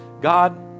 God